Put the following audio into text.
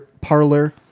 parlor